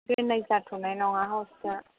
दोननाय जाथ'नाय नङा हस्टेल